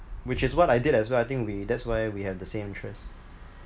which is what I did as well I think we that's why we have the same interest